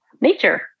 nature